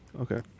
Okay